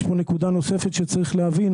יש פה נקודה נוספת שצריך להבין.